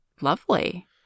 lovely